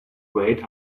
wait